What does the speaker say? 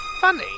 funny